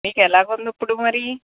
మీకు ఎలాగ ఉంది ఇప్పుడు మరీ